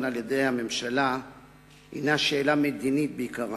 והשומרון על-ידי הממשלה הינה שאלה מדינית בעיקרה.